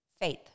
faith